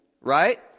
Right